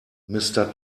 mister